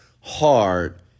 hard